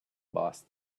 boss